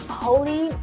holy